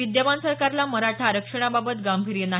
विद्यमान सरकारला मराठा आरक्षणाबाबत गांभीर्य नाही